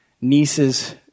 niece's